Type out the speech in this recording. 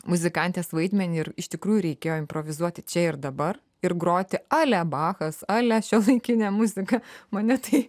muzikantės vaidmenį ir iš tikrųjų reikėjo improvizuoti čia ir dabar ir groti ale bachas ale šiuolaikinė muzika mane tai